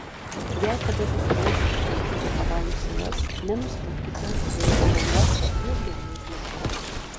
jei kada susiruošite aplankyti havajų salas nenustebkite jei oro uoste jus gerai apieškos